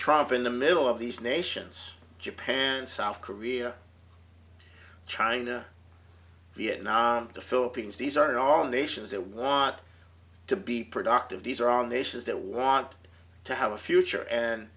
trump in the middle of these nations japan south korea china vietnam the philippines these are all nations that want to be productive these are all nations that want to have a future and